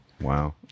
Wow